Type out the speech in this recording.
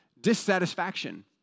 dissatisfaction